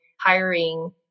hiring